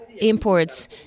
imports